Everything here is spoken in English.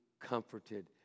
comforted